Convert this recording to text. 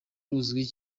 ruzwi